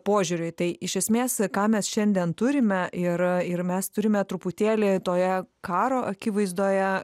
požiūrio į tai iš esmės ką mes šiandien turime ir ir mes turime truputėlį toje karo akivaizdoje